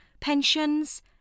Pensions